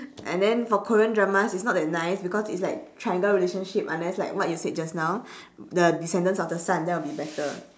and then for korean dramas it's not that nice because it's like triangle relationship unless like what you said just now the descendants of the sun that'll be better